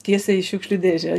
tiesiai į šiukšlių dėžę